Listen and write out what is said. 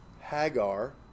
Hagar